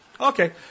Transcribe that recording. Okay